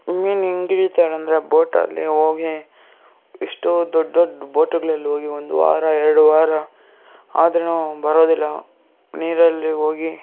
ಮೀನು ಹೇಗೆ ಹಿಡಿಯುತ್ತಾರೆ ಅಂದರೆ ಬೋಟಲ್ಲಿ ಹೋಗಿ ಇಷ್ಟು ದೊಡ್ಡ ದೊಡ್ಡ ಬೋಟುಗಳಲ್ಲಿ ಹೋಗಿ ಒಂದು ವಾರ ಎರಡು ವಾರ ಆದ್ರೂ ಬರೋದಿಲ್ಲ ನೀರಲ್ಲಿ ಹೋಗಿ